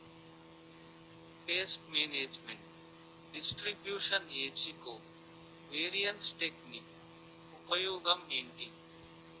paste management distribution ఏజ్జి covariance technique ఉపయోగం ఏంటి